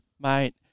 Mate